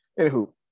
Anywho